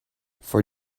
for